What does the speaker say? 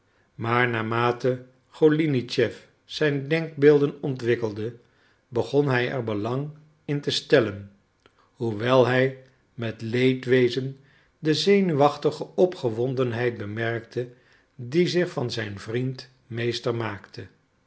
maar naarmate golinitschef zijn denkbeelden ontwikkelde begon hij er belang in te stellen hoewel hij met leedwezen de zenuwachtige opgewondenheid bemerkte die zich van zijn vriend meester maakte